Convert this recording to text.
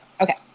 okay